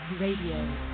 radio